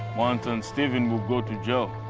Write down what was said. mwansa and steven will go to jail.